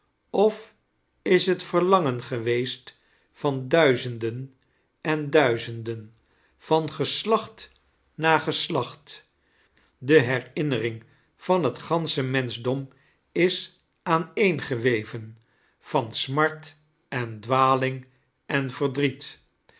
of is het het verlangen geweest van duizenden en duizenden van geslacht na geslacht de herinnering van het gansohe menschdom is aaneengeweven van smart en dwaling en verdriet